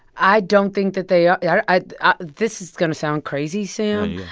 i don't think that they are i this is going to sound crazy, sam. yeah